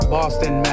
Boston